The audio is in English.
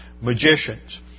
magicians